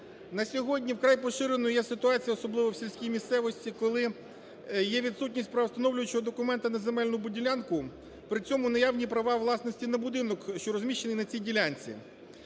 На сьогодні вкрай поширеною є ситуація, особливо в сільській місцевості, коли є відсутність правовстановлюючого документу на земельну ділянку, при цьому наявні права власності на будинок, що розміщений на цій ділянці.